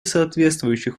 соответствующих